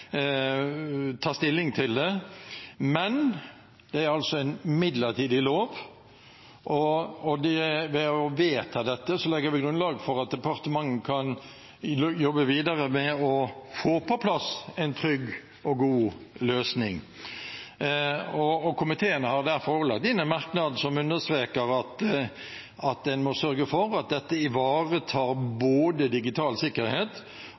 ta stilling til det, men det er altså en midlertidig lov. Ved å vedta dette legger vi grunnlag for at departementet kan jobbe videre med å få på plass en trygg og god løsning. Komiteen har derfor også lagt inn en merknad som understreker at en må sørge for at dette ivaretar både digital sikkerhet